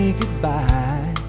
goodbye